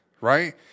right